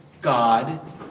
God